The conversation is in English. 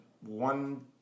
one